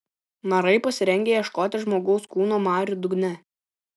narai pasirengę ieškoti žmogaus kūno marių dugne